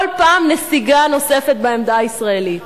כל פעם נסיגה נוספת בעמדה הישראלית.